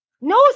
No